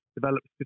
developed